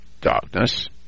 darkness